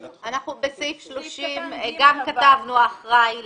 בסעיף 30 כתבנו אחראי